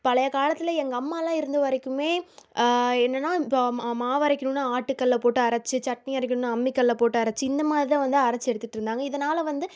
பழையக்காலத்தில் எங்கள் அம்மாலாம் இருந்த வரைக்குமே என்னன்னா இப்போ மாவு அரைக்கணுன்னா ஆட்டுக்கல்லை போட்டு அரைச்சு சட்னி அரைக்கணுன்னா அம்மிக்கல்லை போட்டு அரைச்சு இந்தமாதிரி தான் வந்து அரைச்சு எடுத்துட்டுருந்தாங்க இதனால் வந்து